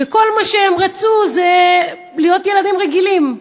שכל מה שהם רצו זה להיות ילדים רגילים,